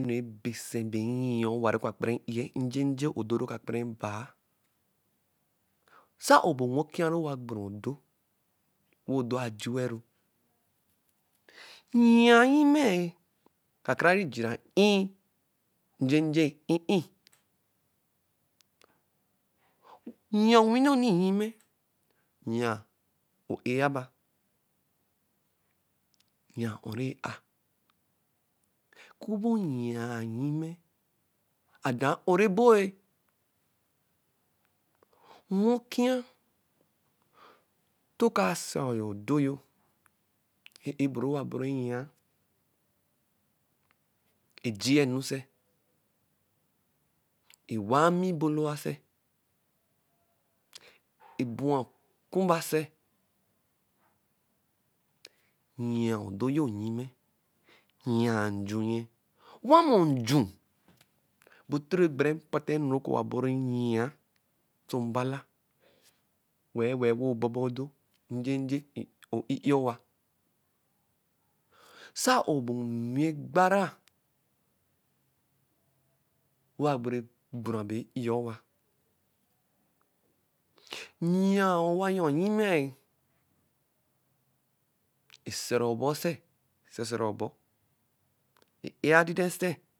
Rɛ basɛ bẹ ɛyia owa rɔ ɔka kpara e-ie njeje odo rɔ ɔka kpara baaSɛ a-o bɛ onwi okwia rɛ owa gbura odo, wɛ odo sjue-ru, yia nnyimɛ-ɛ. Ka karari jira ii njeje i’ii. Yia onwi nɔni nnyimɛ, yia o-e yaba, yia o’o rɛ a. Ke mpio yia nnyimɛ. Adɛ a’ɔru ebo-e. Onwi okwia, ntɔ ɔka sai odo yo, e-e bɛ rɔ owa bɔru eyia? Ejia enu sɛ? Ewa-a mmi bolo-a sɛ? Ebu-a okumba sẹ? Yia odo yo nnyimɛ yia nju yɛ. Wamɔ nju bɛ toro egbere mpatɛ enu rɛ kɛ owa buru eyi-a ɔsɔ mbala wɛ-ɛ, wɛ-ɛ wɛ ɔbaba odo njɛjɛ o-i-i owa. Sɛ a-o bẹ onwi egbara, wɛ owa rɛ gbura bɛ i-e owa, yia owa a-yɔ nnyimẹ-e. Ɛsɔrua ɔbɔ sɛ. Sɛ esɔ-sõru ɔbɔ?e-e-a-didɛ sɛ?